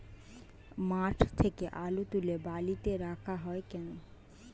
মাঠ থেকে আলু তুলে বালিতে রাখা হয় কেন?